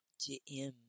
J-M